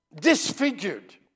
disfigured